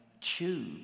chew